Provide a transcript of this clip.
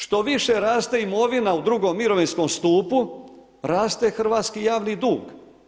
Što više raste imovina u II. mirovinskom stupu, raste hrvatski javni dug.